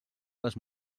les